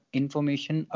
information